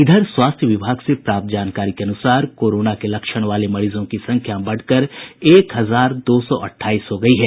इधर स्वास्थ्य विभाग से प्राप्त जानकारी के अनुसार कोरोना के लक्षण वाले मरीजों की संख्या एक हजार दो सौ अट्ठाईस हो गयी है